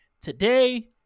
today